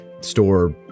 store